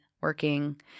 Working